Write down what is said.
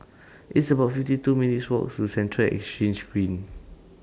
It's about fifty two minutes' Walk to Central Exchange Green